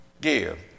give